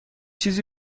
چیزی